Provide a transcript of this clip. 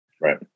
Right